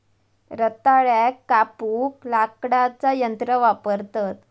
रताळ्याक कापूक लाकडाचा यंत्र वापरतत